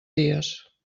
dies